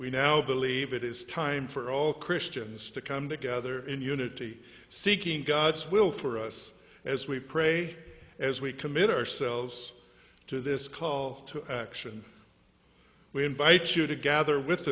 we now believe it is time for all christians to come together in unity seeking god's will for us as we pray as we commit ourselves to this call to action we invite you to gather with